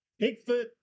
Bigfoot